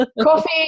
Coffee